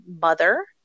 mother